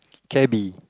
cabby